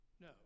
No